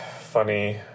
funny